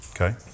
okay